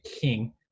king